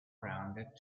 rounded